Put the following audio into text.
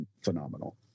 phenomenal